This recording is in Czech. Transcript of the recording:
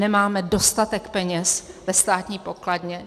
Že nemáme dostatek peněz ve státní pokladně?